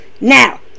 Now